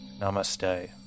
Namaste